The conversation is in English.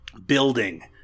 building